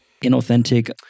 Inauthentic